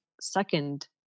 second